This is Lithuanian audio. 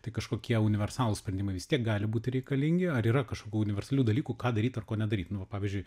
tai kažkokie universalūs sprendimai vis tiek gali būti reikalingi ar yra kažkokių universalių dalykų ką daryt ar ko nedaryt nu vat pavyzdžiui